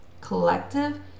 collective